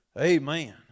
Amen